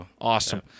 Awesome